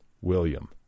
William